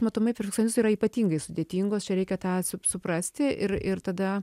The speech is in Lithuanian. matomai perfekcionistų yra ypatingai sudėtingos čia reikia tą sup suprasti ir ir tada